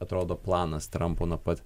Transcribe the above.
atrodo planas trampo nuo pat